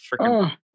freaking